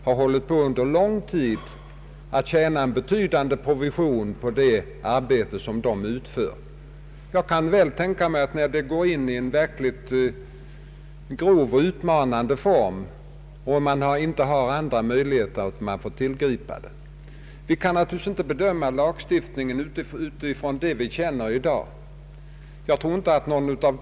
När verksamheten tar en grov och utmanande form kan jag väl tänka mig att man inte har några andra möjligheter än att tillgripa fängelsestraff. Vi kan naturligtvis inte bedöma lagstiftningen utifrån de förhållanden vi känner i dag.